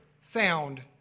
found